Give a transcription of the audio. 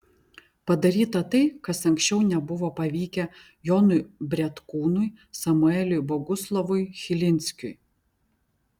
padaryta tai kas anksčiau nebuvo pavykę jonui bretkūnui samueliui boguslavui chilinskiui